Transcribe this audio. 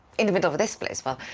in the middle of this place. well,